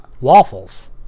waffles